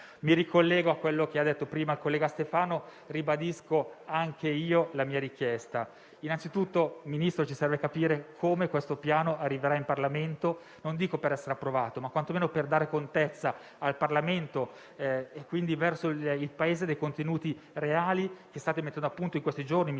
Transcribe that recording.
Mi ricollego a quanto detto prima dal collega Stefano; ribadisco anche io la mia richiesta. Anzitutto, Ministro, ci serve capire come questo Piano arriverà in Parlamento, non dico per essere approvato ma quantomeno per dare contezza al Parlamento e quindi al Paese dei contenuti reali che state mettendo a punto in questi giorni.